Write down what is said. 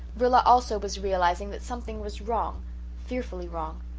rilla also was realizing that something was wrong fearfully wrong.